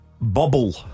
Bubble